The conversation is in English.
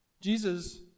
Jesus